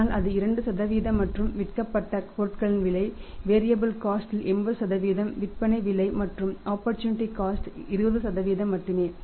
ஆனால் அது 2 மற்றும் விற்கப்பட்ட பொருட்களின் விலை வேரியாபில் காஸ்ட ல் 20 மட்டுமே